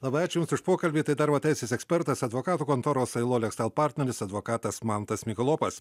labai ačiū jums už pokalbį tai darbo teisės ekspertas advokatų kontoros ailoleksel partneris advokatas mantas mikalopas